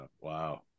Wow